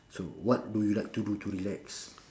so what do you like to do to relax